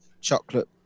Chocolate